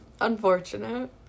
unfortunate